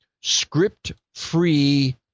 script-free